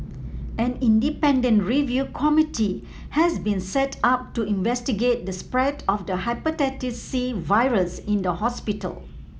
an independent review committee has been set up to investigate the spread of the Hepatitis C virus in the hospital